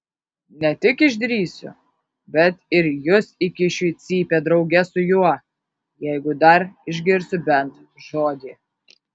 ne tik išdrįsiu bet ir jus įkišiu į cypę drauge su juo jeigu dar išgirsiu bent žodį